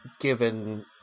given